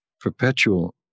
perpetual